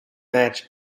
match